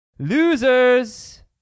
Losers